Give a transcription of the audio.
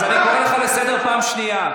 אז אני קורא אותך לסדר פעם שנייה.